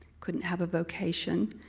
couldn't have a vocation,